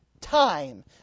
time